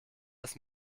das